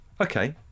Okay